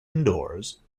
indoors